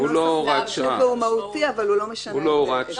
זה שינוי מהותי אבל הוא לא משנה את העונש,